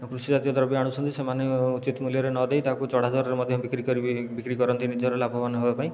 କୃଷିଜାତୀୟ ଦ୍ରବ୍ୟ ଆଣୁଛନ୍ତି ସେମାନେ ଉଚିତ୍ ମୂଲ୍ୟରେ ନଦେଇ ତାକୁ ଚଢ଼ା ଦରରେ ମଧ୍ୟ ବିକ୍ରି କରି ବିକ୍ରି କରନ୍ତି ନିଜର ଲାଭବାନ ହେବାପାଇଁ